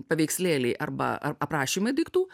paveikslėliai arba ar aprašymai daiktų